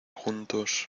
juntos